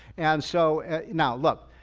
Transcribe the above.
and so now look,